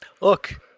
Look